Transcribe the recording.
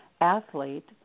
athlete